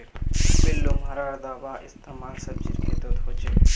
पिल्लू मारा दाबार इस्तेमाल सब्जीर खेतत हछेक